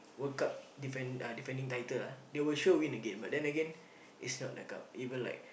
World Cup defend defending title ah they will sure win again but then again it's not the cup even like